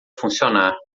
funcionar